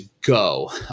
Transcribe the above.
go